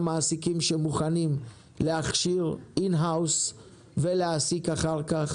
מעסיקים שמוכנים להכשיר in house ולהעסיק אחר כך,